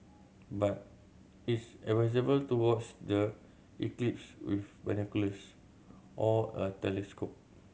but it's advisable to watch the eclipse with binoculars or a telescope